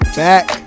back